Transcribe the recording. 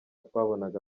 twabonaga